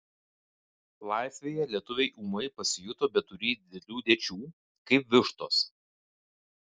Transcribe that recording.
laisvėje lietuviai ūmai pasijuto beturį didelių dėčių kaip vištos